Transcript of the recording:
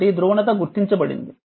కాబట్టి ధ్రువణత గుర్తించబడింది